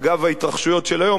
אגב ההתרחשויות של היום,